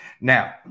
Now